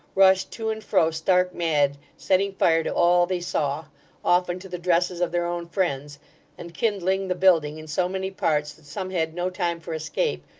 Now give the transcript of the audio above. rushed to and fro stark mad, setting fire to all they saw often to the dresses of their own friends and kindling the building in so many parts that some had no time for escape,